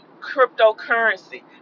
cryptocurrency